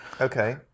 Okay